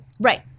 Right